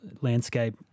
landscape